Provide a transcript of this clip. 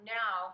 now